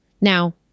Now